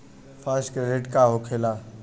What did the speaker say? Fast credit का होखेला?